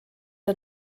der